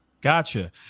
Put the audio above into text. Gotcha